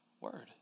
word